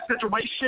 situation